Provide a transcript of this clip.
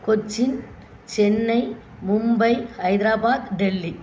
Kochi Chennai Mumbai Hyderabad Delhi